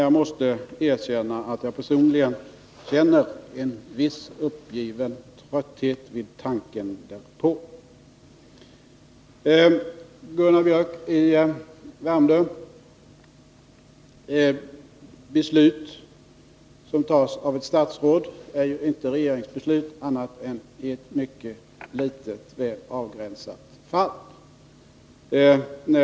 Jag måste emellertid erkänna att jag personligen känner en viss uppgiven trötthet vid tanken därpå. Till Gunnar Biörck i Värmdö vill jag säga: Beslut som fattas av ett statsråd är inte regeringsbeslut annat än i ett mycket litet väl avgränsat antal fall. När.